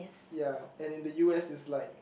ya and in the U_S it's like